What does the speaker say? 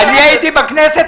אני הייתי בכנסת?